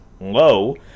low